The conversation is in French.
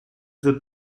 veux